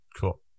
Cool